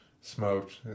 Smoked